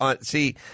See